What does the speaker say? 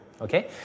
okay